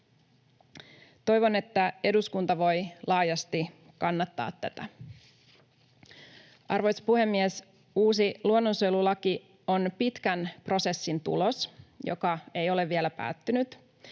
Toivon, että eduskunta voi laajasti kannattaa tätä. Arvoisa puhemies! Uusi luonnonsuojelulaki on pitkän prosessin tulos, joka ei ole vielä päättynyt.